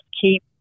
keep